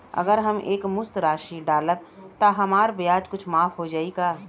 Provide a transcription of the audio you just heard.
अगर हम एक मुस्त राशी डालब त हमार ब्याज कुछ माफ हो जायी का?